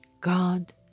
God